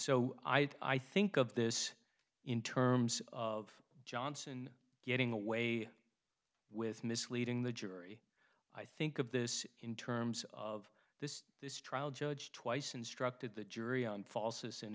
so i think of this in terms of johnson getting away with misleading the jury i think of this in terms of this this trial judge twice instructed the jury on falsus a